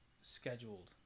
scheduled